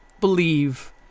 believe